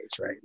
right